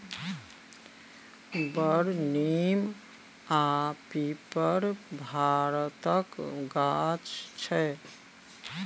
बर, नीम आ पीपर भारतक गाछ छै